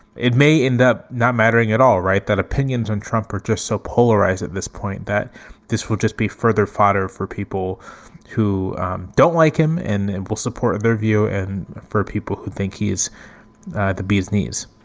it may end up not mattering at all. write that opinions on trump are just so polarized at this point that this will just be further fodder for people who don't like him and and will support their view and for people who think he's the bee's knees,